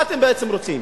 מה אתם בעצם רוצים?